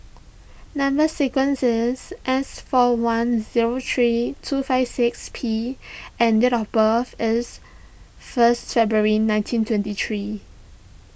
Number Sequence is S four one zero three two five six P and date of birth is first February nineteen twenty three